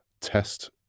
Test